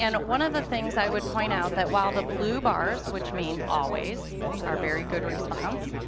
and one of the things i would point out that while the blue bars which mean always are very good response